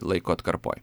laiko atkarpoj